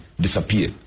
disappear